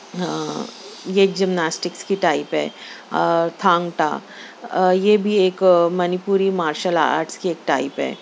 ہاں یہ جمناسٹکس کی ٹائپ ہے اور تھانگٹا یہ بھی ایک منیپوری مارشل آرٹس کی ایک ٹائپ ہے